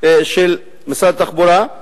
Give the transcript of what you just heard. של משרד התחבורה,